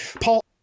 Paul